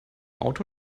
auto